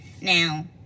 Now